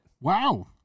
Wow